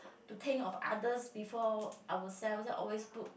to think of others before ourselves always put